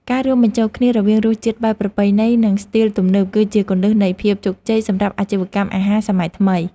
ការរួមបញ្ចូលគ្នារវាងរសជាតិបែបប្រពៃណីនិងស្ទីលទំនើបគឺជាគន្លឹះនៃភាពជោគជ័យសម្រាប់អាជីវកម្មអាហារសម័យថ្មី។